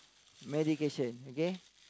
medication okay